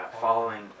Following